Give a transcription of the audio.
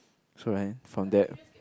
so right from that